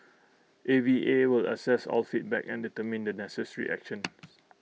A V A will assess all feedback and determine the necessary actions